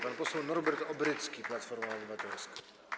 Pan poseł Norbert Obrycki, Platforma Obywatelska.